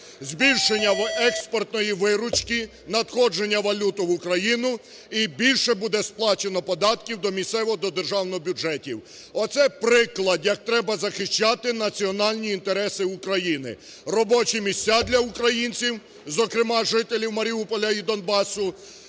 збільшення експертної виручки, надходження валюти в Україну, і більше буде сплачено податків до місцевого, до державного бюджетів. Оце приклад, як треба захищати національні інтереси України, робочі місця для українців, зокрема, жителів Маріуполя і Донбасу,